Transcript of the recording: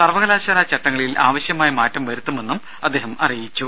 സർവ്വകലാശാല ചട്ടങ്ങളിൽ ആവശ്യമായ മാറ്റം വരുത്തുമെന്നും അദ്ദേഹം അറിയിച്ചു